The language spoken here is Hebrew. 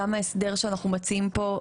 גם ההסדר שאנחנו מציעים פה,